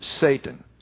Satan